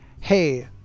hey